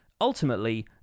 ultimately